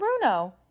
Bruno